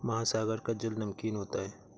महासागर का जल नमकीन होता है